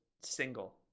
single